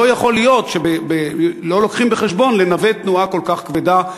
לא יכול להיות שלא לוקחים בחשבון שצריך לנווט תנועה כל כך כבדה.